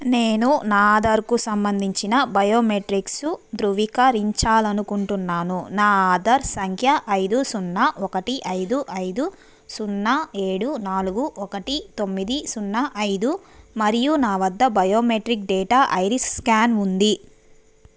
నేను నా ఆధార్కు సంబంధించిన బయోమెట్రిక్సు ధృవీకరించాలనుకుంటున్నాను నా ఆధార్ సంఖ్య ఐదు సున్నా ఒకటి ఐదు ఐదు సున్నా ఏడు నాలుగు ఒకటి తొమ్మిది సున్నా ఐదు మరియు నా వద్ద బయోమెట్రిక్ డేటా ఐరిస్ స్కాన్ ఉంది